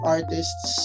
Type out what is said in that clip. Artists